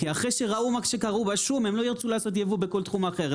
כי אחרי שראו מה שקרה בשום הם לא ירצו לעשות ייבוא בכל תחום אחר,